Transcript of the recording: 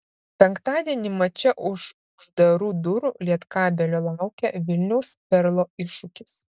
penktadienį mače už uždarų durų lietkabelio laukia vilniaus perlo iššūkis